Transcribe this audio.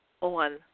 on